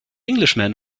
englishman